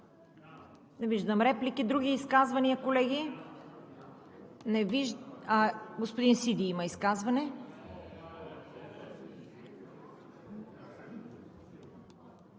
Не виждам. Други изказвания, колеги? Господин Сиди има изказване.